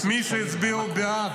מי שהצביע בעד